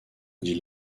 dit